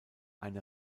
eine